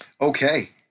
Okay